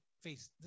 face